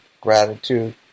gratitude